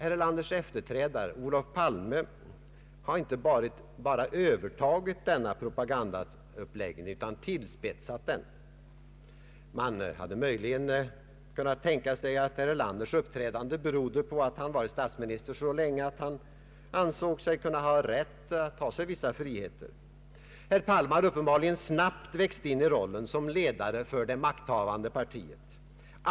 Herr Erlanders efterträdare, herr Palme, har inte bara övertagit denna propagandauppläggning utan tillspetsat den. Man hade möjligen kunnat tänka sig att herr Erlanders uppträdande berodde på att han varit statsminister så länge att han ansåg sig ha rätt att ta sig vissa friheter. Herr Palme har uppenbarligen snabbt växt in i rollen som ledare för det makthavande partiet.